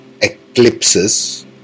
eclipses